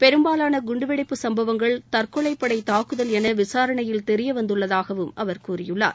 பெரும்பாலான குண்டுவெடிப்பு சம்பவங்கள் தற்னெலைப் படை தாக்குதல் என விசாரணையில் தெரியவந்துள்ளதாகவும் அவர் கூறியுள்ளார்